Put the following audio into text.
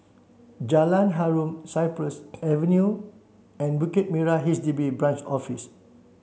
Jalan Harum Cypress Avenue and Bukit Merah H D B Branch Office